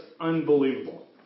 unbelievable